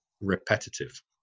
repetitive